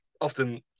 often